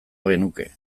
genuke